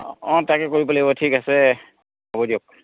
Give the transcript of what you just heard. অ' তাকে কৰিব লাগিব ঠিক আছে হ'ব দিয়ক